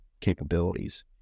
capabilities